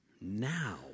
Now